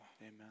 Amen